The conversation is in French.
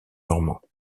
normand